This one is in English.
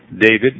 David